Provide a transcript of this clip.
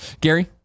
Gary